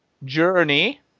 Journey